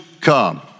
come